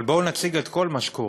אבל בואו נציג את כל מה שקורה: